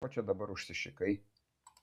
ko čia dabar užsišikai